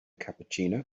cappuccino